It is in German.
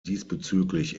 diesbezüglich